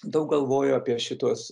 daug galvoju apie šituos